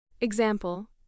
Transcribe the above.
Example